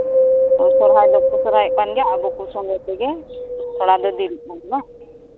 ᱚᱸᱻ ᱥᱚᱨᱦᱟᱭ ᱫᱚᱠᱚ ᱥᱚᱦᱨᱟᱭᱚᱜ ᱠᱟᱱ ᱜᱮᱭᱟ ᱟᱵᱚ ᱠᱚ ᱥᱚᱝᱜᱮ ᱛᱮᱜᱮ ᱛᱷᱚᱲᱟ ᱡᱩᱫᱤ